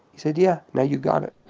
he said yeah, now you got it.